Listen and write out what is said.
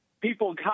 people